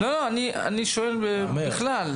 אני שואל באופן כללי.